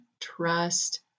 trust